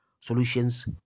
solutions